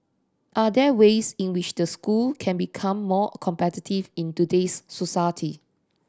are there ways in which the school can become more competitive in today's society